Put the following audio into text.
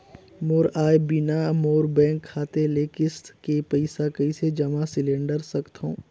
मोर आय बिना मोर बैंक खाता ले किस्त के पईसा कइसे जमा सिलेंडर सकथव?